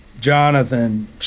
Jonathan